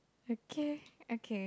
okay okay